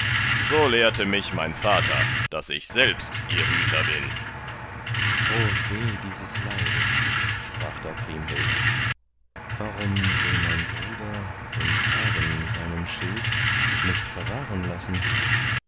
so lehrte mich mein vater daß ich selbst ihr hüter bin o weh dieses leides sprach da kriemhild warum will mein bruder und hagen seinen schild nicht verwahren lassen